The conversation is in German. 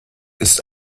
ist